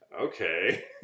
okay